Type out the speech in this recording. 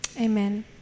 Amen